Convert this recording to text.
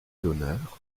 d’honneur